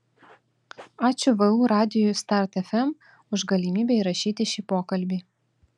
ačiū vu radijui start fm už galimybę įrašyti šį pokalbį